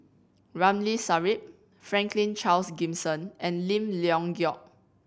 Ramli Sarip Franklin Charles Gimson and Lim Leong Geok